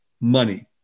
money